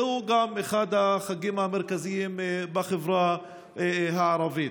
שהוא גם אחד החגים המרכזיים בחברה הערבית.